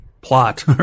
plot